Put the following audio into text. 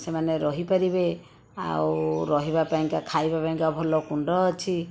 ସେମାନେ ରହିପାରିବେ ଆଉ ରହିବା ପାଇଁକା ଖାଇବା ପାଇଁକା ଭଲ କୁଣ୍ଡ ଅଛି